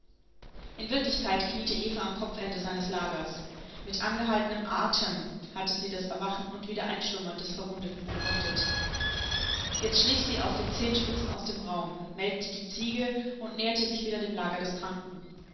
in wirklichkeit kniete eva am kopfende seines lagers mit angehaltenem atem hatte sie das erwachen und wiedereinschlummern des verwundeten beobachtet jetzt schlich sie auf den zehenspitzen aus dem raum melkte die ziege und näherte sich wieder dem lager des kranken